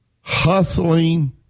hustling